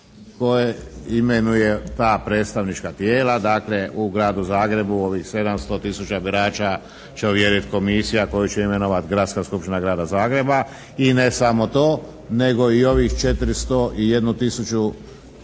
koje imenuje ta predstavnička tijela, dakle u Gradu Zagrebu ovih 700 tisuća birača će ovjeriti komisija koju će imenovati gradska Skupština Grada Zagreba. I ne samo to nego i ovih 401 tisuću